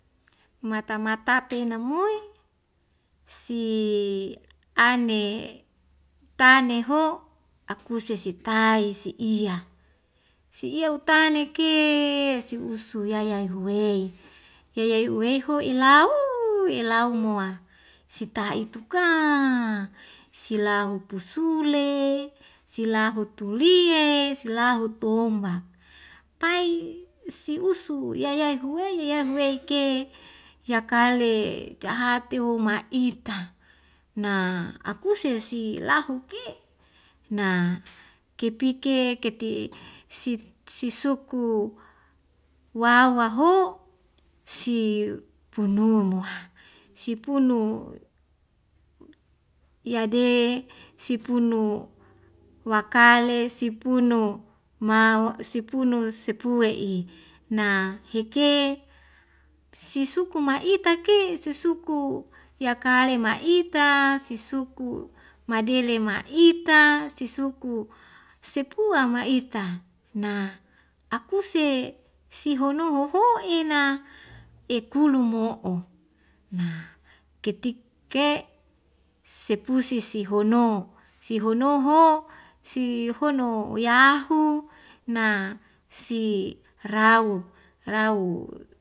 Mata mata peina mui si ane tane ho akuse si tai si iya si ya utane ke si usu yayai huwei yayai uweho ilao uuuu ilau moa sita itu ka silahu pusule silahu tu lie silahu tu wombak. pai si usu yayai huwei yayai huwei ke yakale jahate huma ita na akuse si lahuk ki na kepike keti sit sisuku wawu ho' si punu mua sipunu yade sipunu wakale sipunu mawa' sipunu sepue'i na heke sisuku ma'ita ke sisuku yakale ma'ita sisuku madele ma'ita sisuku sepua ma'ita na akuse sihono hoho'ena ekulo mo'o na ketik ke sepusi sihono sihono ho sihono yahu na si rau rau